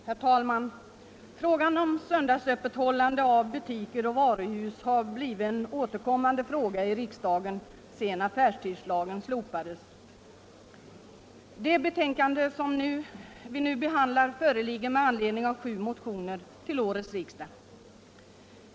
Herr talman! Frågan om söndagsöppethållande av butiker och varuhus har blivit ett återkommande ärende i riksdagen sedan affärstidslagen slopades. I det betänkande som nu föreligger behandlas sju motioner som väckts till årets riksdag.